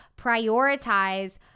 Prioritize